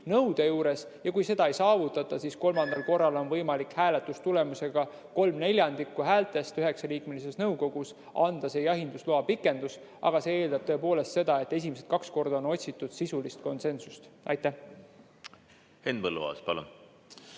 nõude juures ja kui seda ei saavutata, siis kolmandal korral on võimalik hääletustulemusega 3/4 häältest üheksaliikmelises nõukogus anda see jahindusloa pikendus. Aga see eeldab tõepoolest seda, et esimesed kaks korda on otsitud sisulist konsensust. Henn